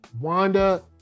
Wanda